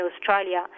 Australia